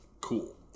Cool